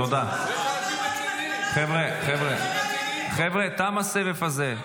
--- חבר'ה, תם הסבב הזה.